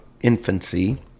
infancy